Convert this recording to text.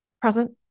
Present